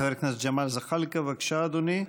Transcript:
חבר הכנסת ג'מאל זחאלקה, בבקשה, אדוני,